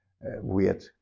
weird